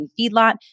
feedlot